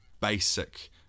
basic